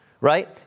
right